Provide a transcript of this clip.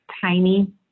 tiny